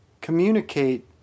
communicate